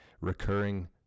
recurring